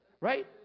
Right